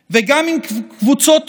עונשים, כלא וכל מה שקשור לזה.